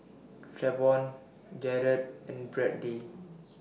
Travon Garret and Brady